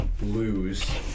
lose